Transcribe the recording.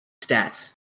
Stats